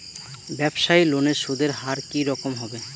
ব্যবসায়ী লোনে সুদের হার কি রকম হবে?